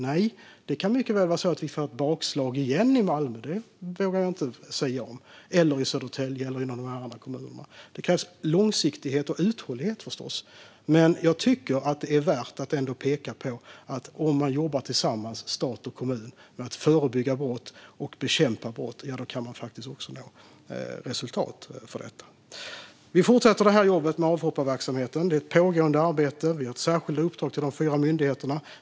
Nej, det kan mycket väl vara så att vi får ett bakslag i Malmö eller i Södertälje eller i någon annan kommun. Det vågar jag inte sia om. Det krävs förstås långsiktighet och uthållighet. Men jag tycker att det är värt att peka på att om man jobbar tillsammans, stat och kommun, med att förebygga och bekämpa brott kan man faktiskt nå resultat. Vi fortsätter jobbet med avhopparverksamheten. Det är ett pågående arbete. Vi har gett särskilda uppdrag till de fyra myndigheterna.